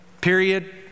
Period